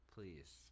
Please